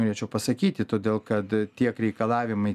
norėčiau pasakyti todėl kad tiek reikalavimai